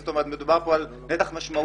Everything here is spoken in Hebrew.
זאת אומרת, מדובר כאן על נתח משמעותי.